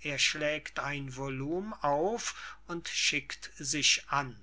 er schlägt ein volum auf und schickt sich an